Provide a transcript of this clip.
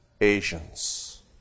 Asians